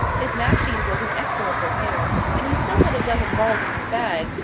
his mashie was in excellent repair, and he still had a dozen balls in his bag,